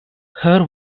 her